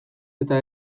eta